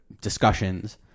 discussions